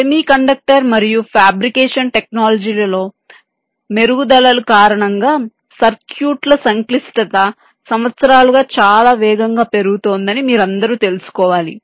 semiconductor మరియు fabrication టెక్నాలజీలలో మెరుగుదలల కారణంగా సర్క్యూట్ల సంక్లిష్టత సంవత్సరాలుగా చాలా వేగంగా పెరుగుతోందని మీరందరూ తెలుసుకోవాలి